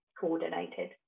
coordinated